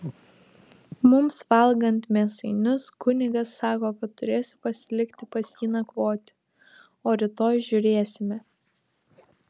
mums valgant mėsainius kunigas sako kad turėsiu pasilikti pas jį nakvoti o rytoj žiūrėsime